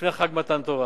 לפני חג מתן תורה.